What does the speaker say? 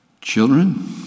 Children